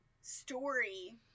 story